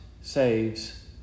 saves